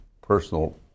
personal